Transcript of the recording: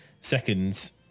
seconds